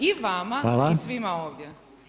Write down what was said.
I vama i svima ovdje.